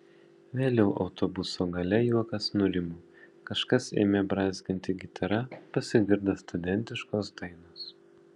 vėliau autobuso gale juokas nurimo kažkas ėmė brązginti gitara pasigirdo studentiškos dainos